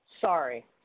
Sorry